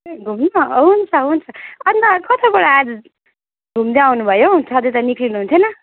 ए घुम्न हुन्छ हुन्छ अनि त कताबाट आज घुम्दै आउनुभयो सधैँ त निक्लिनु हुनेथिएन